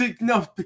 no